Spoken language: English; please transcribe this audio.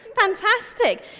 Fantastic